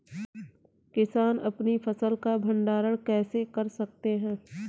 किसान अपनी फसल का भंडारण कैसे कर सकते हैं?